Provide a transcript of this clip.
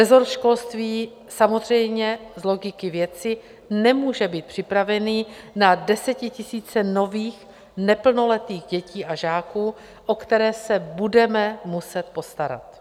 Resort školství samozřejmě z logiky věci nemůže být připraven na desetitisíce nových neplnoletých dětí a žáků, o které se budeme muset postarat.